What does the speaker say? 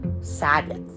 sadness